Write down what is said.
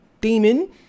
demon